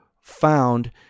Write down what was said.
found